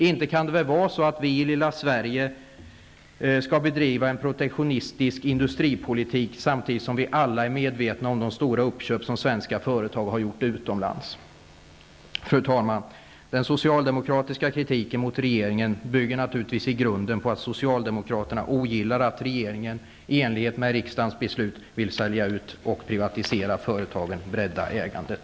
Inte skall väl vi i lilla Sverige bedriva en protektionistisk industripolitik samtidigt som vi alla är medvetna om de stora uppköp som svenska företag har gjort utomlands? Fru talman! Den socialdemokratiska kritiken mot regeringen bygger naturligtvis i grunden på att socialdemokraterna ogillar att regeringen -- i enlighet med riksdagens beslut -- vill sälja ut och privatisera företagen och bredda ägandet.